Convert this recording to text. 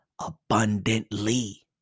abundantly